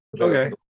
Okay